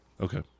Okay